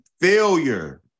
failure